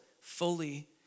fully